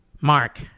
Mark